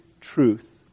truth